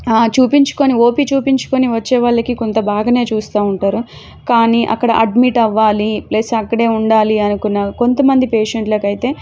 చూపించుకోని OP చూపించుకోని వచ్చేవాళ్ళకి కొంత బాగానే చూస్తూ ఉంటారు కానీ అక్కడ అడ్మిట్ అవ్వాలి ప్లస్ అక్కడే ఉండాలి అనుకున్నా కొంతమంది పేషెంట్లకైతే